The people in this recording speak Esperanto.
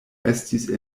estis